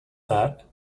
that